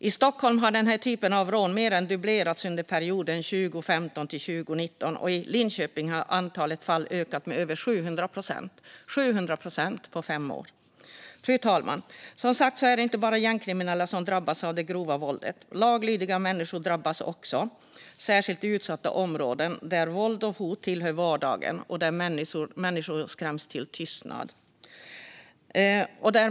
I Stockholm har denna typ av rån mer än dubblerats under perioden 2015-2019, och i Linköping har antalet fall ökat med över 700 procent på fem år. Fru talman! Som sagt är det inte bara gängkriminella som drabbas av det grova våldet. Också laglydiga människor drabbas, särskilt i utsatta områden där våld och hot tillhör vardagen och där människor skräms till tystnad.